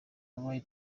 wabaye